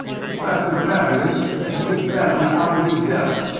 the fact of the matter is that he is badly out of his depth,